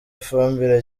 ifumbire